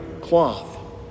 cloth